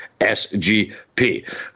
SGP